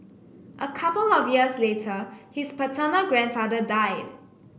a couple of years later his paternal grandfather died